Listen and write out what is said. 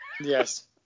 Yes